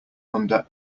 under